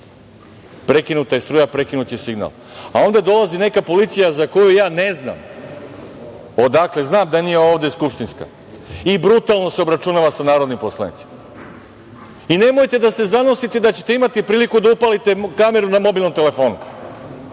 prekinuta je struja, prekinut je signal, a onda dolazi neka policija za koju ja ne znam odakle, znam da nije ovde skupštinska, i brutalno se obračunava sa narodnim poslanicima. Nemojte da se zanosite da ćete imati priliku da upalite kameru na mobilnom telefonu.